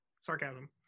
sarcasm